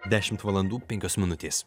dešimt valandų penkios minutės